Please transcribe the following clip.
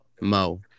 Mo